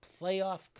Playoff